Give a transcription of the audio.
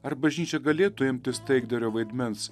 ar bažnyčia galėtų imtis taikdario vaidmens